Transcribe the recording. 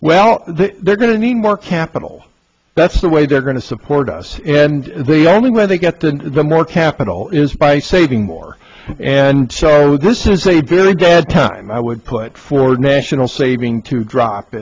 well they're going to need more capital that's the way they're going to support us and the only way they get to the more capital is by saving more and so this is a very good time i would put for national saving to drop